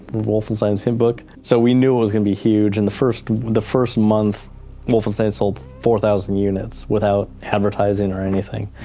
wolfenstein's hint book. so we knew it was gonna be huge. and the first the first month wolfenstein sold four thousand units without advertising or anything.